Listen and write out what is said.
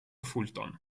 fulton